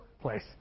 place